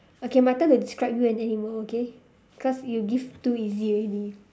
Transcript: okay my turn to describe you an animal okay cause you give too easy already